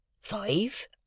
five